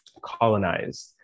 colonized